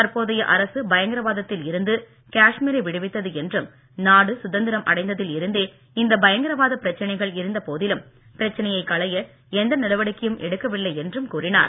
தற்போதைய அரசு பயங்கரவாதத்தில் இருந்து காஷ்மீரை விடுவித்தது என்றும் நாடு சுதந்திரம் அடைந்ததில் இருந்தே இந்த பயங்கரவாத பிரச்சனைகள் இருந்த போதிலும் பிரச்சனையை களைய எந்த நடவடிக்கையும் எடுக்கவில்லை என்றும் கூறினார்